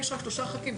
שר התרבות והספורט,